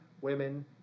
women